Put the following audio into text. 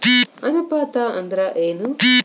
ಅನುಪಾತ ಅಂದ್ರ ಏನ್?